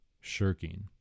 shirking